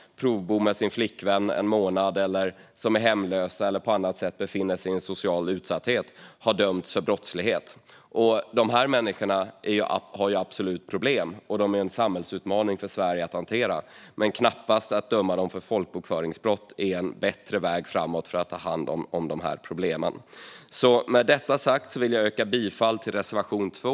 Det kan vara någon som provbor med sin flickvän en månad eller någon som är hemlös eller på annat sätt befinner sig i social utsatthet. Människor i social utsatthet har absolut problem och är en samhällsutmaning för Sverige att hantera, men att döma dem för folkbokföringsbrott är knappast en bättre väg framåt för att ta hand om de problemen. Med detta sagt yrkar jag bifall till reservation 2.